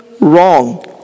wrong